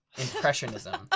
impressionism-